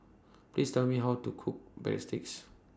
Please Tell Me How to Cook Breadsticks